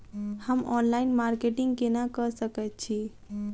हम online marketing केना कऽ सकैत छी?